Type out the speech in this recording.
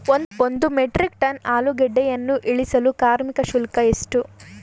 ಒಂದು metric tonne ಆಲೂಗೆಡ್ಡೆಯನ್ನು ಇಳಿಸಲು ಕಾರ್ಮಿಕ ಶುಲ್ಕ ಎಷ್ಟು?